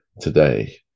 Today